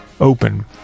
open